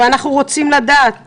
אנחנו רוצים לדעת